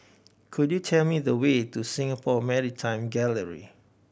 could you tell me the way to Singapore Maritime Gallery